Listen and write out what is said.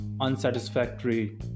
unsatisfactory